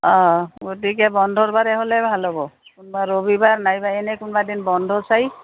অঁ গতিকে বন্ধৰবাৰে হ'লেই ভাল হ'ব কোনোবা ৰবিবাৰ নাইবা এনে কোনোবা দিন বন্ধ চাই